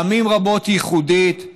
פעמים רבות ייחודית,